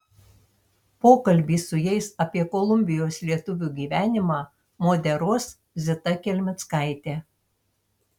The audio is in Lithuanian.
pokalbį su jais apie kolumbijos lietuvių gyvenimą moderuos zita kelmickaitė